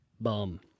bum